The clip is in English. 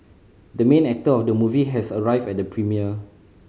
the main actor of the movie has arrived at the premiere